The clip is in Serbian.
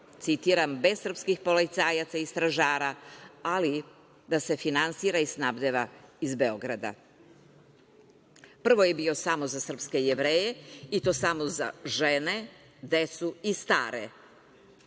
citiram, bez srpskih policajaca i stražara, ali da se finansira i snabdeva iz Beograda. Prvo je bio samo za srpske Jevreje, i to samo za žene, decu i stare,